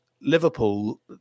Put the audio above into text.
Liverpool